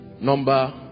Number